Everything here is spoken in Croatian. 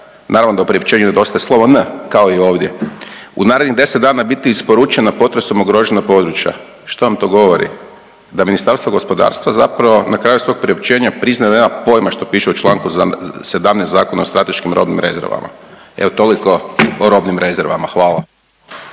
naravno da u priopćenju nedostaje slovo N kao i ovdje u narednih 10 dana biti isporučena potresom ugrožena područja. Što vam to govori? Da Ministarstvo gospodarstva zapravo na kraju svog priopćenja priznaje da nema pojma što piše u čl. 17. Zakona o strateškim robnim rezervama. Evo toliko o robnim rezervama. Hvala.